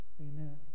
amen